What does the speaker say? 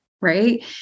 Right